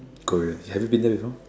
Korea have you been there before